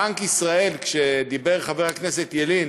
בנק ישראל, כשדיבר חבר הכנסת ילין